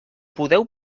podeu